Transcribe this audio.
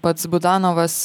pats budanovas